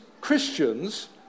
christians